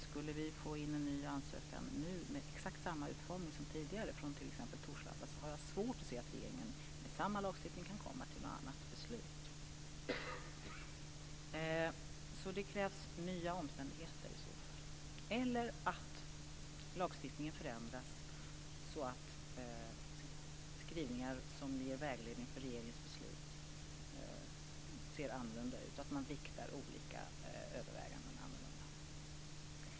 Skulle vi nu få in en ny ansökan med exakt samma utformning som tidigare från t.ex. Torslanda har jag svårt att se att regeringen med samma lagstiftning kan komma till något annat beslut. Det krävs nya omständigheter i så fall eller att lagstiftningen förändras så att skrivningar som ger vägledning för regeringens beslut ser annorlunda ut, att man viktar olika överväganden annorlunda.